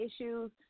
issues